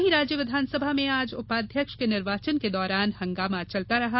वहीं राज्य विधानसभा में आज उपाध्यक्ष के निर्वाचन के दौरान हंगामा चलता रहा